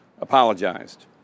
apologized